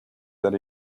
that